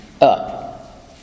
Up